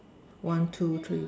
one two three